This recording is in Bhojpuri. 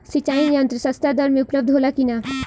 सिंचाई यंत्र सस्ता दर में उपलब्ध होला कि न?